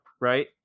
right